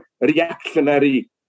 reactionary